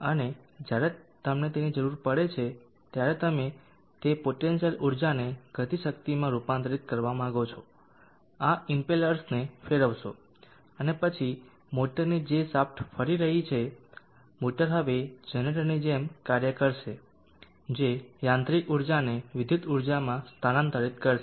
અને જ્યારે તમને તેની જરૂર પડે ત્યારે તમે તે પોટેન્શીયલ ઊર્જાને ગતિશક્તિમાં રૂપાંતરિત કરવા માંગો છો આ ઇમ્પેલર્સને ફેરવશો અને પછી મોટરની જે શાફ્ટ ફેરી રહી છે મોટર હવે જનરેટરની જેમ કાર્ય કરશે જે યાંત્રિક ઊર્જાને વિદ્યુત ઊર્જામાં સ્થાનાંતરિત કરશે